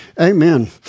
Amen